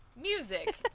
Music